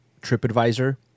TripAdvisor